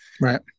right